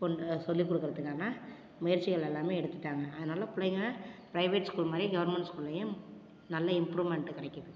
கொண்டு சொல்லி கொடுக்கறதுக்கான முயற்சிகள் எல்லாமே எடுத்துட்டாங்க அதனால பிள்ளைங்கள பிரைவேட் ஸ்கூல் மாதிரி கவர்மெண்ட் ஸ்கூல்லேயும் நல்ல இம்ப்ரூவ்மெண்ட்டு கிடைக்குது